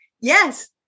Yes